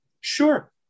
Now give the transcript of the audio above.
Sure